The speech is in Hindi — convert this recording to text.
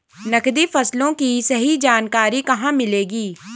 नकदी फसलों की सही जानकारी कहाँ मिलेगी?